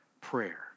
prayer